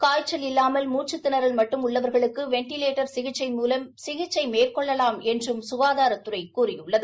காய்ச்சல் இல்லாமல் மூக்கத்திணறல் மட்டும் உள்ளவா்களுக்கு வெண்டிலேட்டர் சிகிச்சை மூலம் சிகிச்சை மேற்கொள்ளலாம் என்றும் சுகாதரத்துறை கூறியுள்ளது